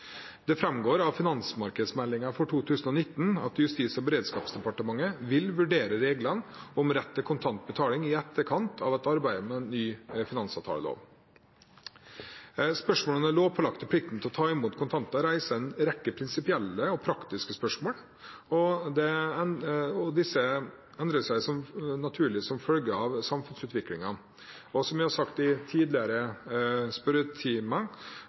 Det framgår av finansmarkedsmeldingen for 2019 at Justis- og beredskapsdepartementet vil vurdere reglene om rett til kontant betaling i etterkant av arbeidet med en ny finansavtalelov. Spørsmålet om den lovpålagte plikten til å ta imot kontanter reiser en rekke prinsipielle og praktiske spørsmål, og disse endrer seg naturlig som følge av samfunnsutviklingen. Som jeg har sagt i en tidligere